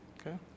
Okay